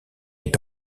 est